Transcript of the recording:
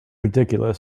ridiculous